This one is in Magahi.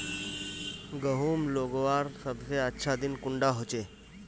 गहुम लगवार सबसे अच्छा दिन कुंडा होचे?